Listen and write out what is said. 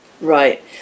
Right